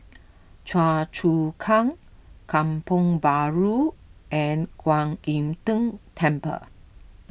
Choa Chu Kang Kampong Bahru and Kwan Im Tng Temple